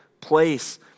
place